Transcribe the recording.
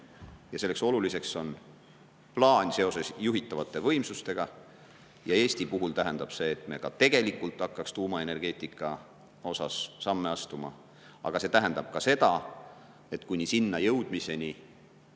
olulisele. Oluline on plaan seoses juhitavate võimsustega. Eesti puhul tähendab see, et meil tuleb ka tegelikult hakata tuumaenergeetika nimel samme astuma. Aga see tähendab ka seda, et kuni sinna jõudmiseni